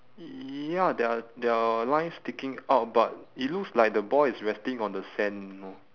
ya there are there are lines sticking out but it looks like the ball is resting on the sand you know